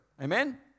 Amen